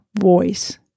voice